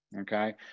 okay